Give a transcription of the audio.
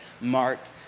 marked